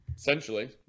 Essentially